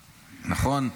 נכון?